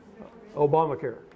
Obamacare